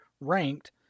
ranked